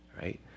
right